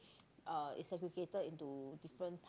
uh it's segregated into different